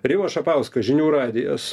rimas šapauskas žinių radijas